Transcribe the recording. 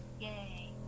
Yay